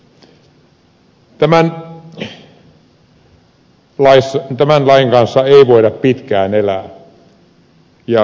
tämän lain kanssa ei voida pitkään elää